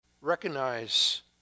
Recognize